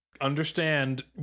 understand